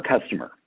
customer